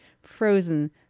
frozen